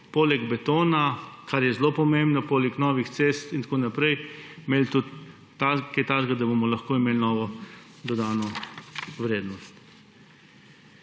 poleg betona, kar je zelo pomembno, poleg novih cest in tako naprej, imeli tudi kaj takega, da bomo lahko imeli novo dodano vrednost.